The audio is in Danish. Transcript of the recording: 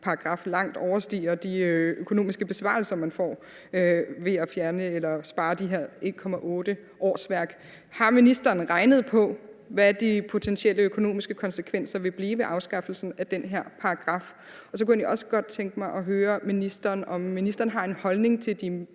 paragraf langt overstiger de økonomiske besparelser, man får ved at spare de her 1,8 årsværk. Har ministeren regnet på, hvad de potentielle økonomiske konsekvenser vil blive af afskaffelsen af den her paragraf? Så kunne jeg egentlig også godt tænke mig at høre ministeren, om ministeren har en holdning til de